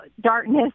darkness